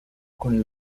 con